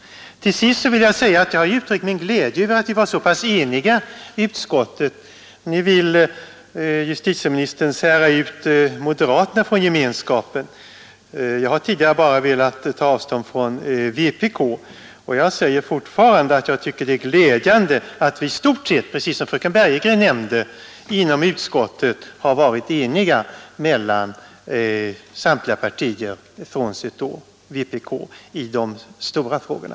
Till sist vill jag framhålla att jag har uttryckt min glädje över att vi var så pass eniga i utskottet. Nu vill justitieministern sära ut moderaterna från gemenskapen. Jag har tidigare bara velat ta avstånd från vpk, och jag säger fortfarande att jag tycker det är glädjande att det i stort sett — precis som fröken Bergegren nämnde — inom utskottet rått enighet mellan samtliga partier, frånsett vpk, i de stora frågorna.